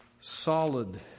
solid